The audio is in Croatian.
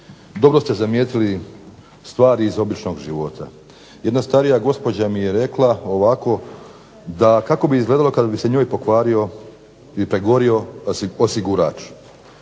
dobro ste zamijetili stvari iz običnog života. Jedna starija gospođa mi je rekla ovako da kako bi izgledalo kada bi se njoj pokvario i pregorio osigurač.